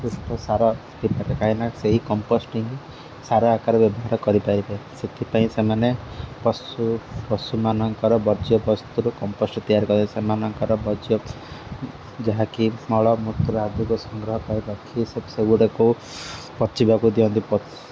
ସୁସ୍ଥ ସାର ବି କାହିଁକିନା ସେଇ କମ୍ପୋଷ୍ଟିଂ ସାର ଆକାରରେ ବ୍ୟବହାର କରିପାରିବେ ସେଥିପାଇଁ ସେମାନେ ପଶୁ ପଶୁମାନଙ୍କର ବର୍ଜ୍ୟବସ୍ତୁ କମ୍ପୋଷ୍ଟ ତିଆରି କରିବେ ସେମାନଙ୍କର ବର୍ଜ୍ୟ ଯାହାକି ମଳମୂତ୍ର ଆଦି ସଂଗ୍ରହ ପାଇଁ ରଖି ସେଗୁଡ଼ାକୁ ପଚିବାକୁ ଦିଅନ୍ତି